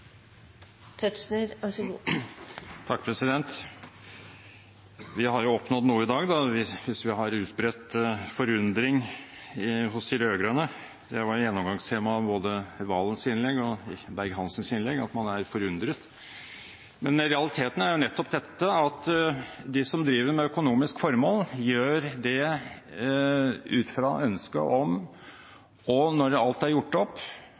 Vi har jo oppnådd noe i dag, da, hvis vi har utbredt forundring hos de rød-grønne – det var gjennomgangstemaet både i Serigstad Valens innlegg og Berg-Hansens innlegg at man er forundret. Men realiteten er nettopp dette at de som driver med økonomisk formål, gjør det ut fra ønsket om, og når alt er gjort opp,